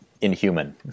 inhuman